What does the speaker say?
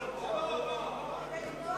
עוד שבוע ועוד שבוע.